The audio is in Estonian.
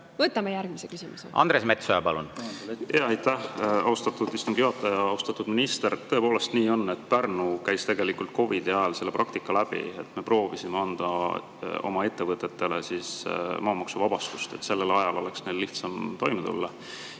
Võtame järgmise küsimuse. Andres Metsoja, palun! Andres Metsoja, palun! Aitäh, austatud istungi juhataja! Austatud minister! Tõepoolest nii on, et Pärnu käis tegelikult COVID‑i ajal selle praktika läbi. Me proovisime anda oma ettevõtetele maamaksuvabastust, et sellel ajal oleks neil lihtsam toime tulla.